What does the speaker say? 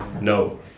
no